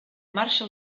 marxa